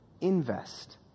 invest